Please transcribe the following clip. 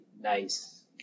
nice